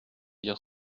dire